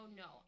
no